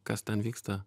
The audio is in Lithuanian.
kas ten vyksta